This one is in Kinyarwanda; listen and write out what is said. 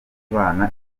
bana